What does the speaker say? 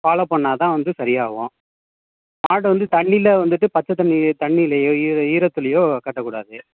follow பண்ணால் தான் வந்து சரியாகவும் மாட்டை வந்து தண்ணியில் வந்துகிட்டுப் பச்சைத் தண்ணியில் தண்ணிலையோ ஈர ஈரத்துலையோ கட்டக் கூடாது